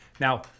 Now